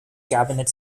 cabinet